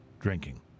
drinking